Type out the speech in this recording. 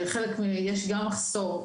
יש גם מחסור,